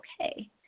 okay